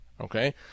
okay